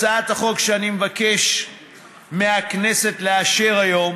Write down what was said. הצעת החוק שאני מבקש מהכנסת לאשר היום